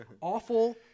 awful